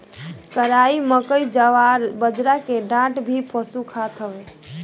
कराई, मकई, जवार, बजरा के डांठ भी पशु खात हवे